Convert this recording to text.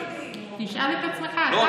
לא, אתה תיתן לי כרגע להשיב.